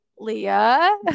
Leah